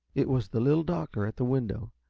it was the little doctor at the window,